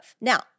Now